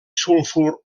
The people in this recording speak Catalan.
sulfur